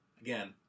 again